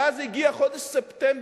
ואז הגיע חודש ספטמבר,